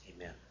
Amen